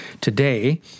Today